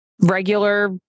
regular